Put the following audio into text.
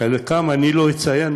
את חלקם אני לא אציין,